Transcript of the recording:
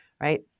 right